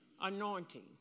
anointing